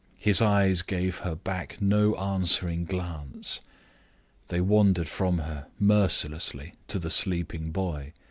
his eyes gave her back no answering glance they wandered from her mercilessly to the sleeping boy.